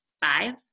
five